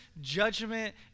judgment